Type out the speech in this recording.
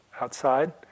outside